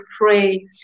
pray